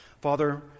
Father